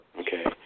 okay